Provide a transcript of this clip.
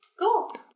Cool